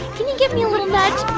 can you give me a little nudge?